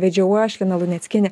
vedžiau aš lina luneckienė